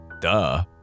Duh